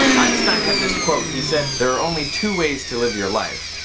einstein had this quote, he said, there are only two ways to live your life,